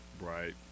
right